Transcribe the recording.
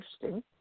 interesting